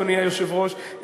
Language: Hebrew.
אדוני היושב-ראש,